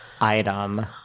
item